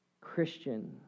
Christian